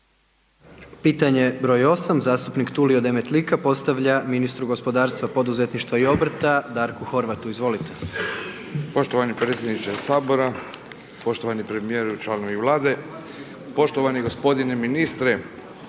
Pitanje br. 8. zastupnik Tulio Demetlika postavlja ministru gospodarstva, poduzetništva i obrta, Darku Horvatu, izvolite. **Demetlika, Tulio (IDS)** Poštovani predsjedniče Sabora, poštovani premijer i članovi Vlade. Poštovani gospodine ministre,